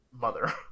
mother